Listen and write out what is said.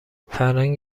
فرهنگ